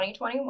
2021